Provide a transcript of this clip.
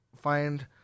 find